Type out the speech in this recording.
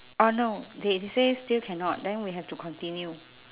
oh no they say still cannot then we have to continue